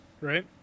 right